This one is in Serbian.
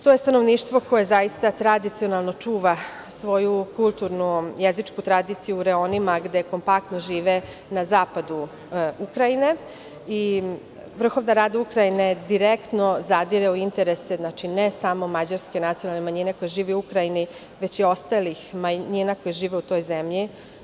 To je stanovništvo koje tradicionalno čuva svoju kulturnu jezičku tradiciju u reonima gde kompaktno žive na zapadu Ukrajine, i Vrhovna Rada Ukrajine direktno zadire u interese, znači ne samo mađarske nacionalne manjine koja živi u Ukrajini, već i ostalih manjina koje žive u toj zemlji.